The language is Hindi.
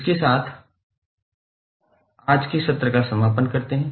इसलिए इसके साथ हम आज के सत्र का समापन कर सकते हैं